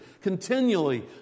continually